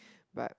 but